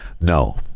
No